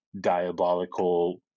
diabolical